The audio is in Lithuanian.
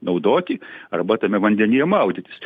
naudoti arba tame vandenyje maudytis